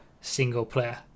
single-player